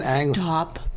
stop